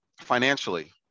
financially